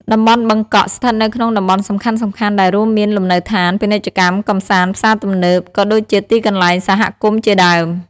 តំបន់បឹងកក់ ស្ថិតនៅក្នុងតំបន់សំខាន់ៗដែលរួមមាន លំនៅដ្ឋាន ពាណិជ្ជកម្ម កំសាន្ត ផ្សារទំនើប ក៏ដូចជាទីកន្លែងសហគមជាដើម។